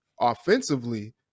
offensively